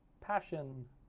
passion